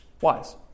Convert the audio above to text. wise